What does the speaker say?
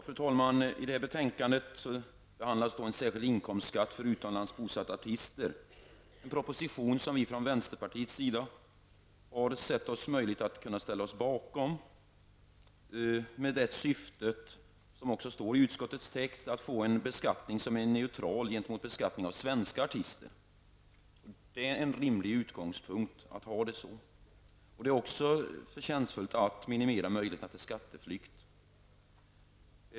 Fru talman! I det här betänkandet behandlas en särskild inkomstskatt för utomlands bosatta artister. Det är en proposition som vi från vänsterpartiets sida sett det möjligt att ställa oss bakom med det syftet, som också anges i utskottets text, att få till stånd en beskattning som är neutral gentemot beskattningen av svenska artister. Det är en rätt rimlig utgångspunkt att ha det så. Det är också förtjänstfullt att minimera möjligheterna till skatteflykt.